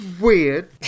weird